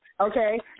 Okay